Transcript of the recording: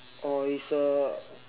oh it's a